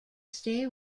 stay